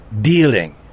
dealing